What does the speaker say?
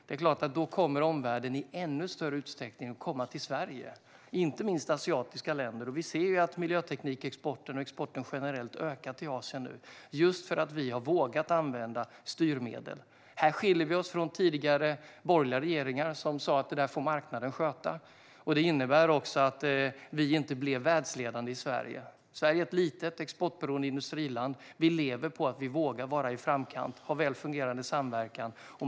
Det är klart att omvärlden då i ännu större utsträckning kommer att komma till Sverige, inte minst asiatiska länder. Vi ser att miljöteknikexporten och exporten generellt nu ökar till Asien, just för att vi har vågat använda styrmedel. Här skiljer vi oss från tidigare borgerliga regeringar som sa att marknaden får sköta detta. Det innebar också att vi i Sverige inte blev världsledande. Sverige är ett litet exportberoende industriland, och vi lever på att vi vågar vara i framkant och ha väl fungerande samverkan.